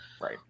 Right